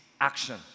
action